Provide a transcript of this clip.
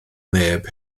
neb